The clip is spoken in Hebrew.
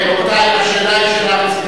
אבל אתם קובעים את תנאי המכרז.